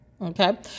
Okay